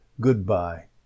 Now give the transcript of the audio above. Goodbye